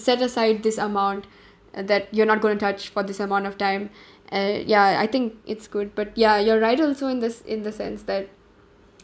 set aside this amount that you're not going to touch for this amount of time uh ya I think it's good but ya you're right also in the in the sense that